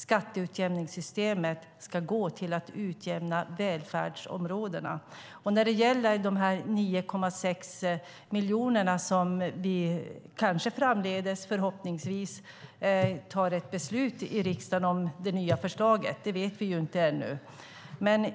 Det ska gå till att utjämna välfärdsområdena. Det handlar om 9,6 miljoner som vi kanske, förhoppningsvis, framdeles fattar ett beslut om i riksdagen om i och med det nya förslaget - det vet vi inte ännu.